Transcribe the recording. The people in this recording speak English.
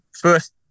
first